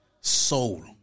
soul